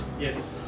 Yes